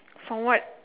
from what